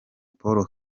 paul